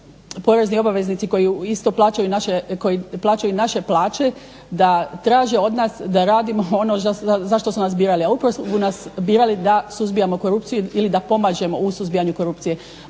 porezni obveznici koji plaćaju naše plaće da traže od nas da radimo ono za što su nas birali, a upravo su nas birali da suzbijamo korupciju ili da pomažemo u suzbijanju korupcije.